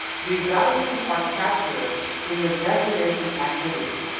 the values are capture ed in the destination activity.